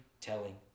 telling